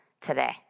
today